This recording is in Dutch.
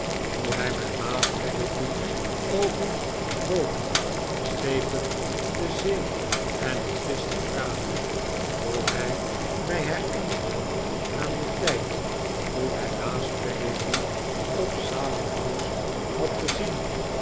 hoe hij met baas peggotty over booten schepen de zee en het visschen praatte hoe hij mij herinnerde aan den tijd toen hij baas peggotty op salem house had gezien